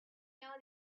know